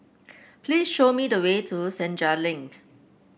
please show me the way to Senja Link